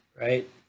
right